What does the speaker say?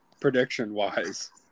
prediction-wise